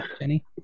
Jenny